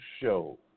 show